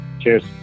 Cheers